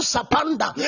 Sapanda